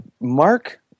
Mark